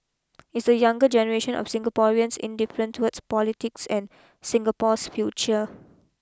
is the younger generation of Singaporeans indifferent towards politics and Singapore's future